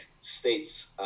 states